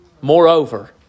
Moreover